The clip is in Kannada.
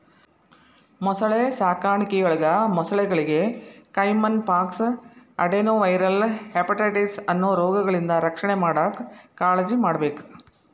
ಮೊಸಳೆ ಸಾಕಾಣಿಕೆಯೊಳಗ ಮೊಸಳೆಗಳಿಗೆ ಕೈಮನ್ ಪಾಕ್ಸ್, ಅಡೆನೊವೈರಲ್ ಹೆಪಟೈಟಿಸ್ ಅನ್ನೋ ರೋಗಗಳಿಂದ ರಕ್ಷಣೆ ಮಾಡಾಕ್ ಕಾಳಜಿಮಾಡ್ಬೇಕ್